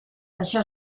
això